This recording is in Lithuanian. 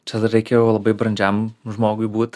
čia dar reikėjo labai brandžiam žmogui būt